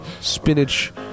spinach